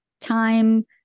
Time